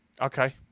Okay